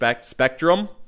Spectrum